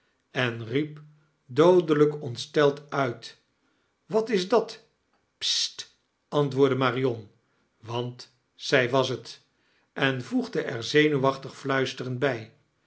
em riep doodelijk ontsteld uit wat is dat st antwoordde marion want zij was het en voegd ear zenuwachtig fluisterend bij